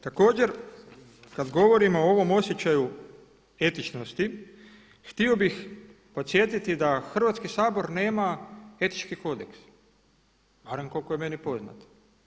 Također kada govorimo o ovom osjećaju etičnosti htio bih podsjetiti da Hrvatski sabor nema etički kodeks barem koliko je meni poznato.